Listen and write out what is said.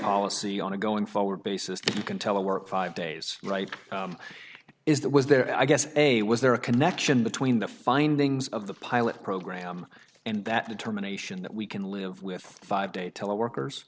policy on a going forward basis you can tell a work five days right is that was there i guess a was there a connection between the findings of the pilot program and that determination that we can live with five day teleworkers